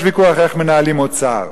יש ויכוח איך מנהלים אוצר.